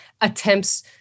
attempts